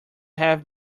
have